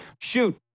Shoot